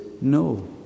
no